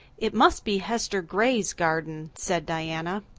it must be hester gray's garden, said diana.